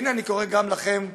אני קורא גם לכם,